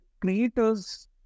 creators